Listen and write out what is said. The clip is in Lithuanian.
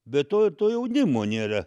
be to ir to jaunimo nėra